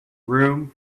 room